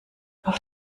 auf